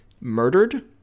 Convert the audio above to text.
murdered